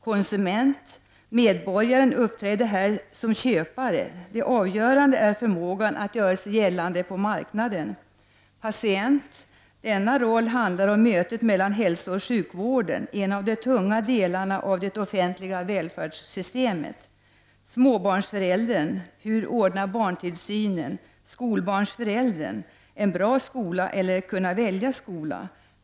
Konsument: medborgaren uppträder här som köpare; det avgörande är förmågan att göra sig gällande på marknaden. Patient: denna roll handlar om mötet med hälsooch sjukvården, en av de tunga delarna i det offentliga välfärdssystemet. Skolbarnsföräldern: en bra skola eller kunna välja skola?